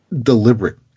deliberate